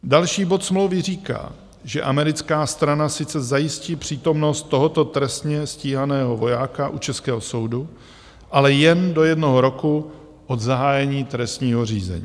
Další bod smlouvy říká, že americká strana sice zajistí přítomnost tohoto trestně stíhaného vojáka u českého soudu, ale jen do jednoho roku od zahájení trestního řízení.